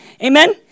Amen